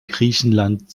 griechenland